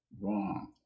Wrong